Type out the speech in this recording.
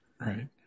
right